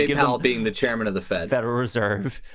like about being the chairman of the fed federal reserve,